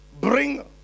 bring